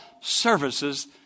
services